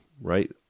right